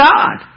God